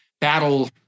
battle